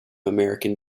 american